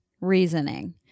reasoning